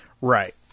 Right